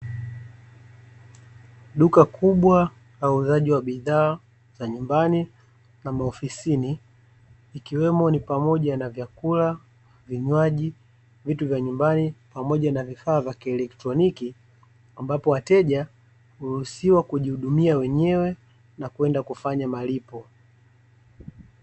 Duka kubwa la uuzaji wa bidhaa za nyumbani na maofisini ikiwemo ni pamoja na vyakula, vinywaji, vitu vya nyumbani pamoja na vifaa vya kielektroniki ambapo, wateja huruhusiwa kujihudumia wenyewe na kwenda kufanya malipo.